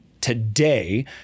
today